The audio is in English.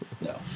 no